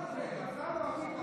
אני עונה לו.